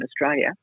Australia